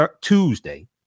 Tuesday